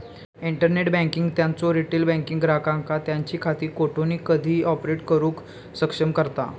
internet banking त्यांचो retail banking ग्राहकांका त्यांची खाती कोठूनही कधीही ऑपरेट करुक सक्षम करता